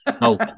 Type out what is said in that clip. No